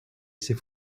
ces